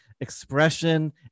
expression